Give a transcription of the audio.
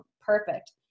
perfect